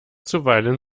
zuweilen